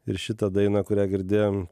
ir šitą dainą kurią girdėjom